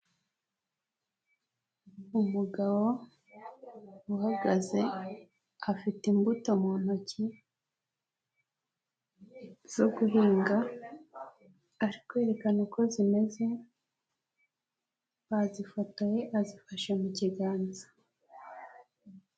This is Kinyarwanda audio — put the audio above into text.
Umugabo uhagaze afite imbuto mu ntoki zo guhinga, ari kwerekana uko zimeze, bazifotoye, azifashe mu kiganza.